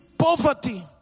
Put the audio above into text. poverty